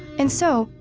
and so,